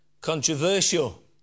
controversial